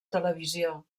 televisió